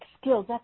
skills